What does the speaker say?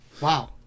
Wow